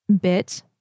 bit